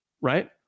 Right